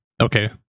okay